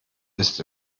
ist